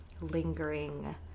lingering